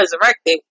resurrected